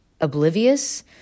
oblivious